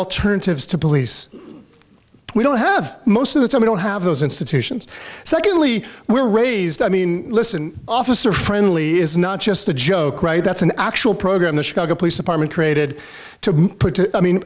alternatives to police we don't have most of the time we don't have those institutions secondly we're raised i mean listen officer friendly is not just a joke right that's an actual program the chicago police department created to put i mean